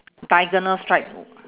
diagonal stripe